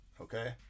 Okay